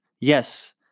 Yes